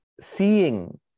seeing